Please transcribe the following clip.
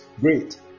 Great